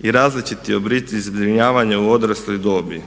i različiti oblici zbrinjavanja u odrasloj dobi.